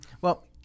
Well-